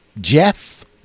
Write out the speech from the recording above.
Jeff